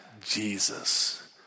Jesus